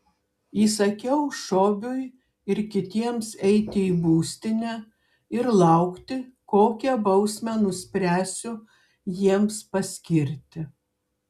įsakiau šobiui ir kitiems eiti į būstinę ir laukti kokią bausmę nuspręsiu jiems paskirti